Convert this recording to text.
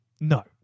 No